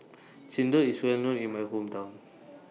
Chendol IS Well known in My Hometown